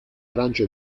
francia